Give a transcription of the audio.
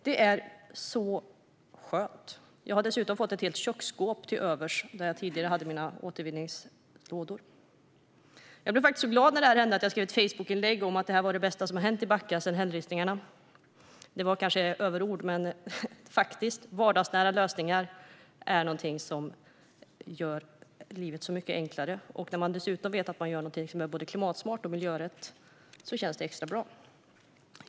Det är så skönt. Jag har dessutom fått ett helt köksskåp till övers där jag tidigare hade mina återvinningslådor. Jag blev så glad när det hände att jag skrev ett Facebookinlägg om att det var det bästa som hänt i Backa sedan hällristningarna. Det var kanske överord. Men vardagsnära lösningar är någonting som gör livet så mycket enklare. När man dessutom vet att man gör någonting som är både klimatsmart och miljörätt känns det extra bra.